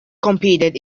competed